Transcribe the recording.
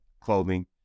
clothing